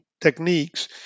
techniques